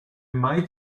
might